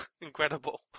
Incredible